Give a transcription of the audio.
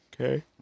Okay